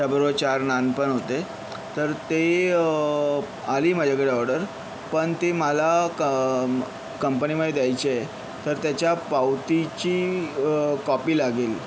त्याबरोबर चार नान पण होते तर ते आली माझ्याकडे ऑर्डर पण ती मला क कंपनीमध्ये द्यायची आहे तर त्याच्या पावतीची कॉपी लागेल